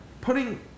Putting